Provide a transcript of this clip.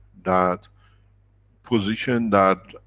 that position, that,